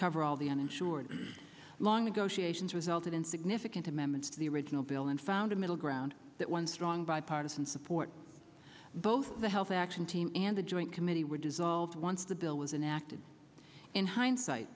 cover all the uninsured long ago she ations resulted in significant amendments to the original bill and found a middle ground that once strong bipartisan support both the health action team and the joint committee were dissolved once the bill was enacted in hindsight